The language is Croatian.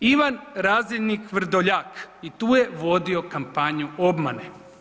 Ivan razdjelnik Vrdoljak i tu je vodio kampanju obmane.